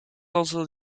also